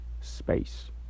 Space